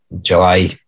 July